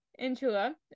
Inchula